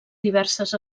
diverses